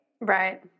Right